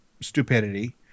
stupidity